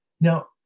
Now